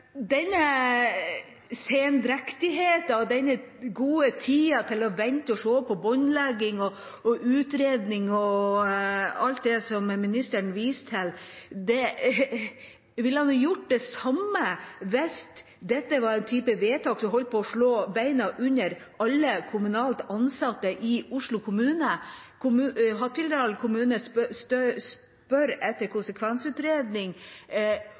og gode tida til å vente og se på båndlegging og utredning og alt det som ministeren viste til – ville han gjort det samme hvis dette var en type vedtak som holdt på å slå beina under alle kommunalt ansatte i Oslo kommune? Hattfjelldal kommune spør etter konsekvensutredning